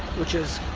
which is,